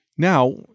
Now